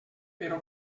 però